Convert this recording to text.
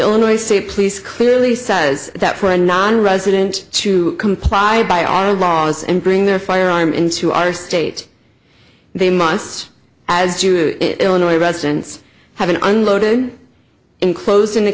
illinois state police clearly says that for a nonresident to comply by our laws and bring their firearm into our state they must as illinois residents have an unloaded enclosed in